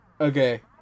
Okay